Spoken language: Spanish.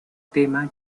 tema